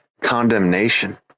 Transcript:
condemnation